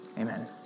Amen